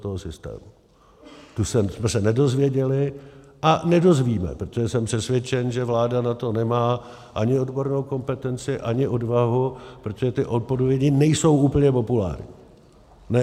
Tu jsme se nedozvěděli a nedozvíme, protože jsem přesvědčen, že vláda na to nemá ani odbornou kompetenci, ani odvahu, protože ty odpovědi nejsou úplně populární.